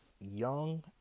Young